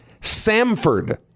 Samford